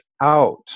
out